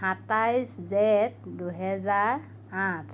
সাতাইছ জেঠ দুহেজাৰ আঠ